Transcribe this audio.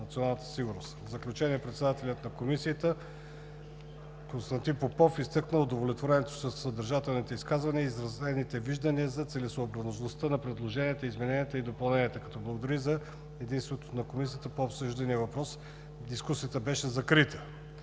В заключение председателят на Комисията Константин Попов изтъкна удовлетворението си от съдържателните изказвания и изразените виждания за целесъобразността на предложените изменения и допълнения, като благодари за единството на Комисията по обсъждания въпрос, дискусията беше закрита.